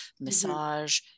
massage